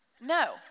no